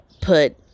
put